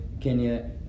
Kenya